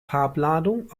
farbladung